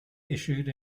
issued